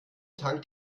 tankt